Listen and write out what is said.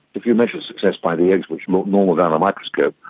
if you measure success by the eggs which look normal down a microscope,